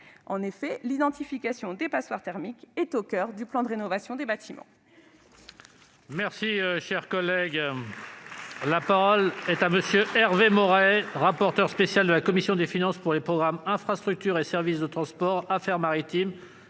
En effet, l'identification des passoires thermiques est au coeur du plan de rénovation des bâtiments.